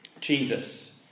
Jesus